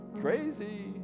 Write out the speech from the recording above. Crazy